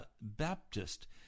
Baptist